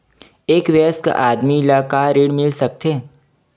एक वयस्क आदमी ला का ऋण मिल सकथे?